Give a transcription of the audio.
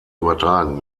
übertragen